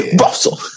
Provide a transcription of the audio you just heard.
Russell